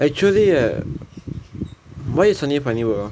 actually ah why you suddenly finding work uh